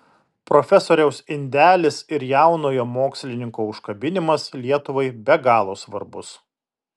profesoriaus indelis ir jaunojo mokslininko užkabinimas lietuvai be galo svarbus